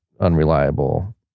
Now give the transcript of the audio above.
unreliable